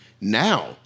now